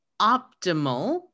optimal